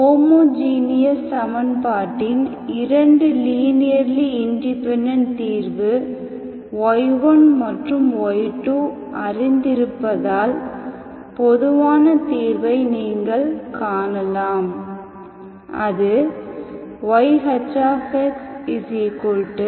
homogeneous சமன்பாட்டின் இரண்டு linearly independent தீர்வு y1 மற்றும் y2 அறிந்திருப்பதால் பொதுவான தீர்வை நீங்கள் காணலாம் அது yHxc1y1c2y2